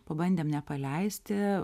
pabandėm nepaleisti